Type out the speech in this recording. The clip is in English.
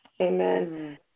Amen